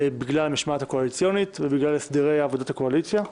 בגלל המשמעת הקואליציונית ובגלל הסדרי עבודת הקואליציה.